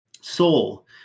soul